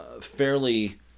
fairly